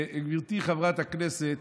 גברתי חברת הכנסת,